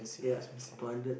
ya two hundred